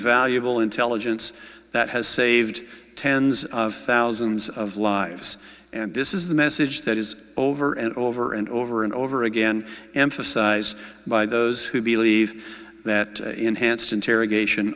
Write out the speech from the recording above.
valuable intelligence that has saved tens of thousands of lives and this is the message that is over and over and over and over again emphasize by those who believe that enhanced interrogation